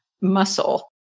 muscle